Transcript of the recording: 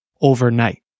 overnight